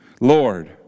Lord